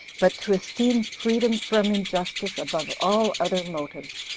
but to esteem freedom from injustice above all other motives,